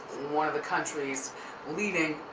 one of the country's leading